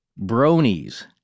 bronies